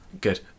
Good